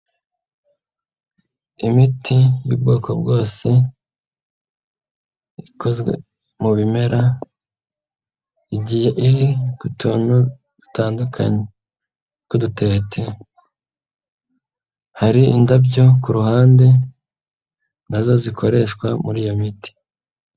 Imiti y'ubwoko bwose ikozwe mu bimera, igihe iri ku tuntu dutandukanye tw'udutete, hari indabyo ku ruhande nazo zikoreshwa muri iyo miti.